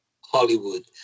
Hollywood